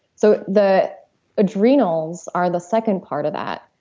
so the adrenals are the second part of that.